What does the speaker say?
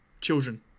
Children